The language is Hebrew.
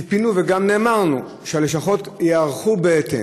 ציפינו, וגם נאמר לנו, שהלשכות ייערכו בהתאם.